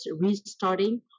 restarting